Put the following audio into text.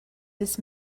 this